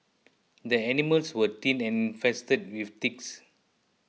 the animals were thin and infested with ticks